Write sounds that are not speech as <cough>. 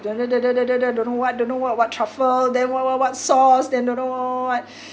<noise> don't know what don't know what what truffle then what what what sauce then don't know what what what what